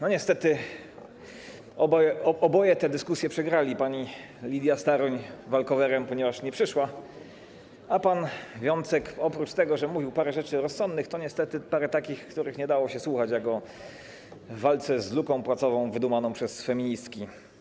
Niestety oboje tę dyskusję przegrali: pani Lidia Staroń walkowerem, ponieważ nie przyszła, a pan Wiącek oprócz tego, że mówił parę rzeczy rozsądnych, to niestety mówił też parę takich, których nie dało się słuchać, jak o walce z luką płacową, wydumaną przez feministki.